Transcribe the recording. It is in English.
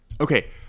Okay